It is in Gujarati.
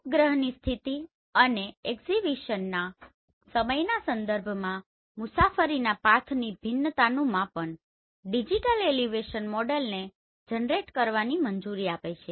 ઉપગ્રહની સ્થિતિ અને એક્વિઝિશનના સમયના સંદર્ભમાં મુસાફરીના પાથની ભિન્નતાનું માપન ડિજિટલ એલિવેશન મોડેલને જનરેટ કરવાની મંજૂરી આપે છે